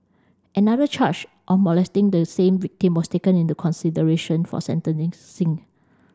another charge of molesting the same victim was taken into consideration for